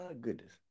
goodness